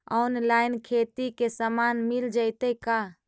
Online खेती के सामान मिल जैतै का?